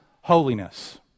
holiness